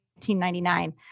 1999